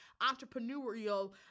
entrepreneurial